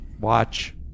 Watch